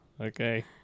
Okay